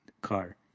car